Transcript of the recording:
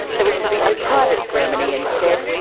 there was to be a private ceremony instead,